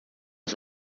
ist